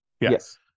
Yes